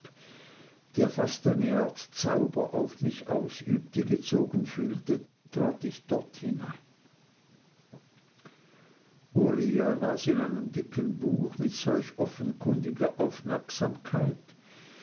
der fast eine art zauber auf mich ausübte gezogen fühlte trat ich dort hinein uriah las in einem dicken buch mit solch offenkundiger aufmerksamkeit